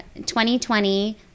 2020